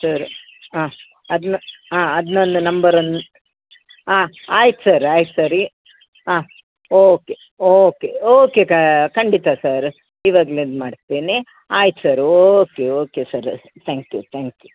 sir ಹಾಂ ಅದನ್ನ ಹಾಂ ಅದನ್ನೊಂದು ನಂಬರನ್ನ ಹಾಂ ಆಯ್ತು ಸರ್ ಆಯ್ತು ಸರಿ ಹಾಂ ಓಕೆ ಓಕೆ ಓಕೆ ಖಂಡಿತ ಸರ್ ಇವಾಗ್ಲೆನೆ ಮಾಡ್ತೇನೆ ಆಯ್ತು sir okay okay sir thank you thank you